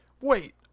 wait